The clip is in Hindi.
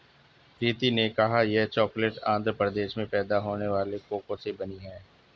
प्रीति ने कहा यह चॉकलेट आंध्र प्रदेश में पैदा होने वाले कोको से बनी है